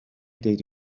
ddweud